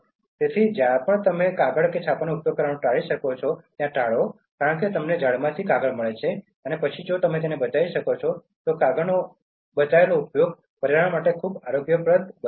તેથી જ્યાં પણ તમે કાગળ અને છાપાનો ઉપયોગ કરવાનું ટાળી શકો છો કારણ કે તમને ઝાડમાંથી કાગળ મળે છે અને પછી જો તમે આ કાગળનો ઉપયોગ બચાવી શકો છો તો પર્યાવરણ ખૂબ આરોગ્યપ્રદ બને છે